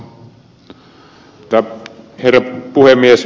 arvoisa herra puhemies